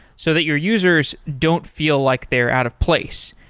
so that your users don't feel like they're out of place.